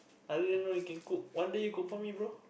I didn't know you can cook one day you cook for me bro